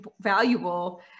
valuable